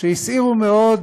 שהסעירו מאוד,